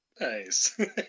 Nice